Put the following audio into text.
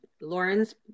Lauren's